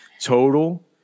total